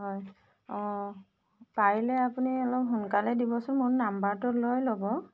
হয় অ' পাৰিলে আপুনি অলপ সোনকালে দিবচোন মোৰ নম্বৰটো লৈ ল'ব